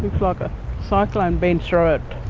but cyclone's been through it.